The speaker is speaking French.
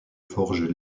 forges